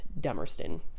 Dummerston